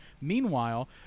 Meanwhile